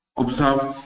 observed